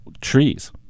trees